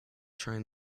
train